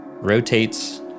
rotates